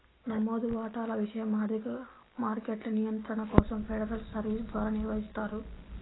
నమోదు వాటాల విషయం ఆర్థిక మార్కెట్ల నియంత్రణ కోసం ఫెడరల్ సర్వీస్ ద్వారా నిర్వహిస్తారు